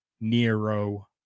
nero